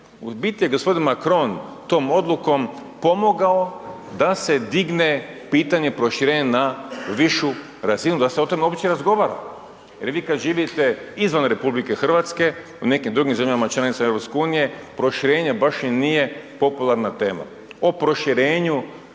U biti je gospodin Macron tom odlukom pomogao da se digne pitanje proširenja na višu razinu i da se o tome obično razgovara. Jel vi kada živite izvan RH u nekim drugim zemljama članicama EU proširenje baš i nije popularna tema. O proširenju